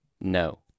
No